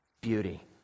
Beauty